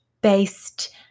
based